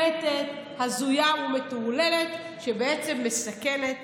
מוחלטת, הזויה ומטורללת שבעצם מסכנת